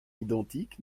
identique